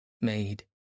made